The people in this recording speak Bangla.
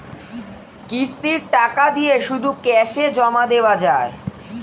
কিস্তির টাকা দিয়ে শুধু ক্যাসে জমা দেওয়া যায়?